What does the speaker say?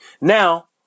Now